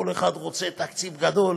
כל אחד רוצה תקציב גדול,